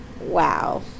Wow